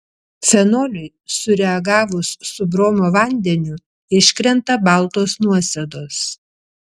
fenoliui sureagavus su bromo vandeniu iškrenta baltos nuosėdos